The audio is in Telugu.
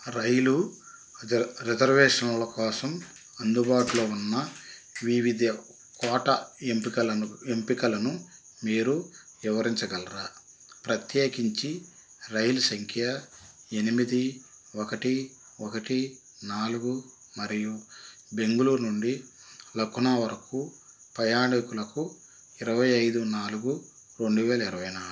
రైలు రిజర్వేషన్ల కోసం అందుబాటులో ఉన్న వివిధ కోటా ఎంపికలను ఎంపికలను మీరు వివరించగలరా ప్రత్యేకించి రైలు సంఖ్య ఎనిమిది ఒకటి ఒకటి నాలుగు మరియు బెంగుళూరు నుండి లక్నో వరకు ప్రయాణికులకు ఇరవై ఐదు నాలుగు రెండు వేల ఇరవై నాలుగు